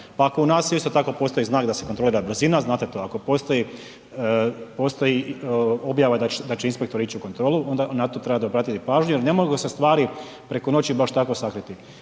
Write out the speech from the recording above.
pa ako u naselju isto tako postoji znak da se kontrolira brzina, znate to, ako postoji objava da će inspektor ići u kontrolu, onda na to trebate obratiti pažnju jel ne mogu se stvari preko noći baš tako sakriti,